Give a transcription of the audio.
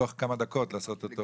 בתוך כמה דקות לעשות אותו --- לגמרי.